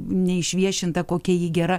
neišviešinta kokia ji gera